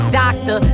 doctor